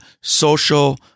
social